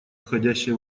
входящие